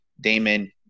Damon